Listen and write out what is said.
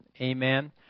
Amen